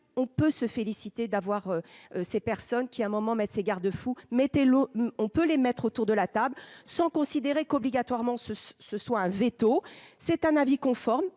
on peut se féliciter d'avoir ces personnes qui, à un moment, Me ces garde-fou, mettez l'eau on peut les mettre autour de la table sans considérer qu'obligatoirement ce ce soit un véto c'est un avis conforme